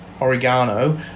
oregano